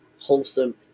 wholesome